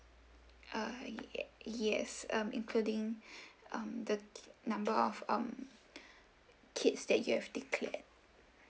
uh yes um including um the number of um kids that you have declared